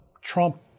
Trump